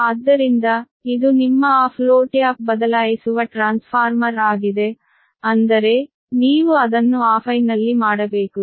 ಆದ್ದರಿಂದ ಇದು ನಿಮ್ಮ ಆಫ್ ಲೋಡ್ ಟ್ಯಾಪ್ ಬದಲಾಯಿಸುವ ಟ್ರಾನ್ಸ್ಫಾರ್ಮರ್ ಆಗಿದೆ ಅಂದರೆ ನೀವು ಅದನ್ನು ಆಫ್ ಲೈನ್ನಲ್ಲಿ ಮಾಡಬೇಕು